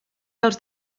dels